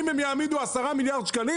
אם הם יעמידו 10 מיליארד ₪,